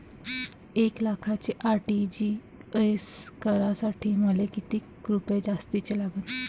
एक लाखाचे आर.टी.जी.एस करासाठी मले कितीक रुपये जास्तीचे लागतीनं?